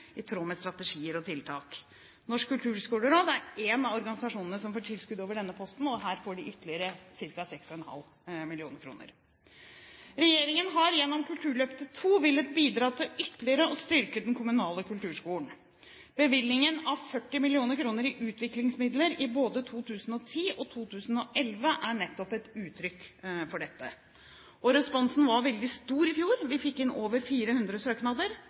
i tråd med strategier og tiltak. Norsk kulturskoleråd er én av organisasjonene som får tilskudd over dette kapitlet, og her får de ytterligere ca. 6,5 mill. kr. Regjeringen har gjennom Kulturløftet II villet bidra til ytterligere å styrke de kommunale kulturskolene. Bevilgningen av 40 mill. kr i utviklingsmidler i både 2010 og 2011 er nettopp et uttrykk for dette. Responsen var veldig stor i fjor. Vi fikk inn over 400 søknader.